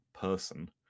person